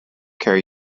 care